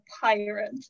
pirate